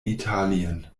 italien